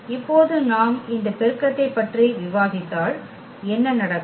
இப்போது நாம் இந்த பெருக்கத்தைப் பற்றி விவாதித்தால் என்ன நடக்கும்